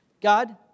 God